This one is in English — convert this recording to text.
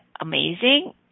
amazing